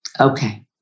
okay